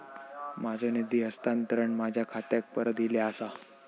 माझो निधी हस्तांतरण माझ्या खात्याक परत इले आसा